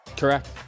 Correct